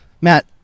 Matt